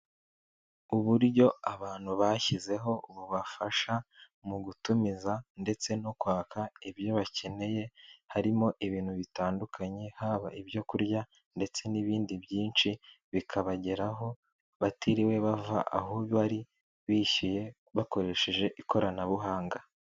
Uburyo abantu bashyizeho bubafasha mu gutumiza ndetse no kwaka ibyo bakeneye, harimo ibintu bitandukanye haba ibyo kurya ndetse n'ibindi byinshi, bikabageraho batiriwe bava aho bari bishyuye bakoresheje ikoranabuhanga.